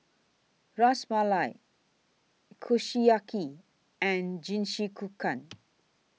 Ras Malai Kushiyaki and